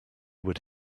would